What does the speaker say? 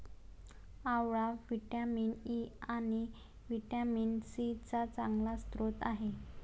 आवळा vitamin E आणि vitamin C चा चांगला स्रोत आहे